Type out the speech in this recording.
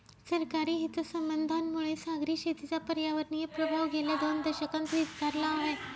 सरकारी हितसंबंधांमुळे सागरी शेतीचा पर्यावरणीय प्रभाव गेल्या दोन दशकांत विस्तारला आहे